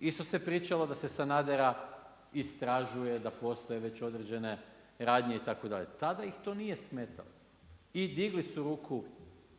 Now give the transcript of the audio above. Isto se pričalo da se Sanadera istražuje, da postoje već određene radnje itd. Tada ih to nije smetalo i digli su ruku,